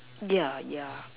yeah yeah